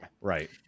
Right